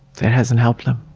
that hasn't helped them.